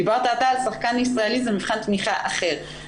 דיברת על שחקן ישראלי, זה מבחן תמיכה אחר.